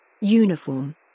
Uniform